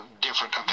different